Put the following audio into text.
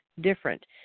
different